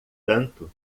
tanto